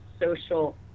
social